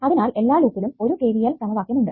അതിനാൽ എല്ലാ ലൂപ്പിലും ഒരു KVL സമവാക്യം ഉണ്ട്